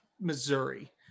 Missouri